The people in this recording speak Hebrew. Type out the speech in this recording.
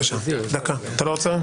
לא רוצה.